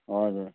हजुर